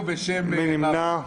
מי נמנע?